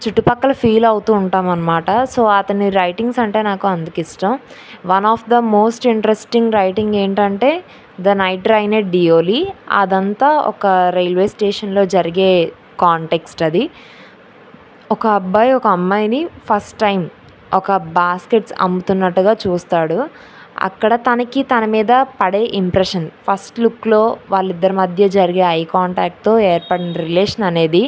చుట్టుపక్కల ఫీల్ అవుతు ఉంటాం అన్నమాట సో అతని రైటింగ్స్ అంటే నాకు అందుకు ఇష్టం one of the most interesting writing ఏంటంటే the night train at Deoli అదంతా ఒక రైల్వే స్టేషన్లో జరిగే కాంటెక్స్ట్ అది ఒక అబ్బాయి ఒక అమ్మాయిని ఫస్ట్ టైం ఒక బాస్కెట్స్ అమ్ముతున్నట్టుగా చూస్తాడు అక్కడ తనకి తన మీద పడే ఇంప్రెషన్ ఫస్ట్ లుక్లో వాళ్ళ ఇద్దరి మధ్య జరిగే ఐ కాంటాక్ట్తో ఏర్పడిన రిలేషన్ అనేది